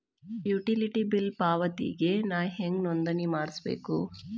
Utility bill ಪಾವತಿಗೆ ನಾ ಹೆಂಗ್ ನೋಂದಣಿ ಮಾಡ್ಸಬೇಕು?